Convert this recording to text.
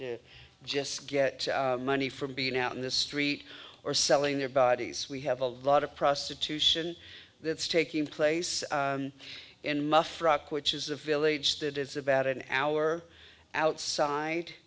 to just get money from being out in the street or selling their bodies we have a lot of prostitution that's taking place in my frock which is a village that is about an hour outside